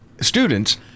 students